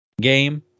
game